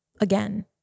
again